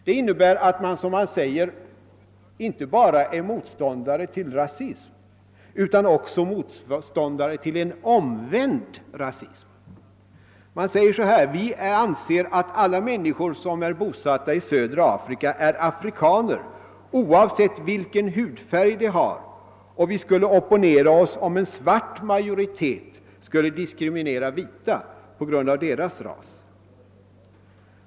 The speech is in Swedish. Detta innebär att man, som man säger, är motståndare inte bara till rasism utan också till en omvänd rasism. Man säger: Vi anser att alla människor som är bosatta i södra Afrika är afrikaner oavsett vilken hudfärg de har, och vi skulle opponera oss om en svart majoritet skulle diskriminera vita på grund av deras ras.